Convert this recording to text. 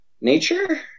nature